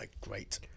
great